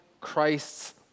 Christ's